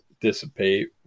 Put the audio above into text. dissipate